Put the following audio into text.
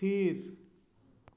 ᱛᱷᱤᱨ